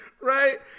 Right